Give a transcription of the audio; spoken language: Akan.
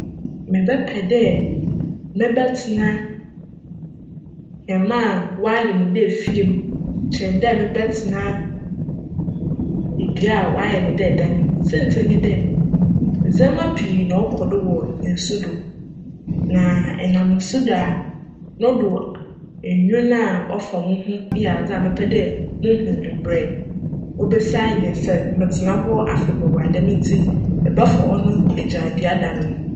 Mebjpj dj mebjtsena hjmba a wcayj ne tse dj fie mu kyjn dj mebjtsena dua a wcayj no dj dan siantsir nye dj, ndzjmba pii na ckc do wc nsu do na enam nsu do a, no do nwin a cfa wo ho no yj adze a mepj dj muhu mbrj obesi ayj sj metsena hc afebcc a djm ntsi mebjfa cno na m'egya dua dan no.